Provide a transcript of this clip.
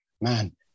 man